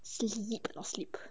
sleep cannot sleep